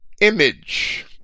image